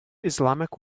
islamic